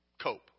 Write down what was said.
cope